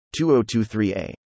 2023a